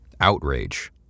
Outrage